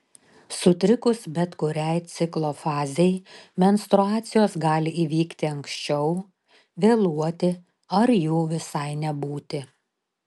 sutrikus bet kuriai ciklo fazei menstruacijos gali įvykti anksčiau vėluoti ar jų visai nebūti